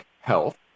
Health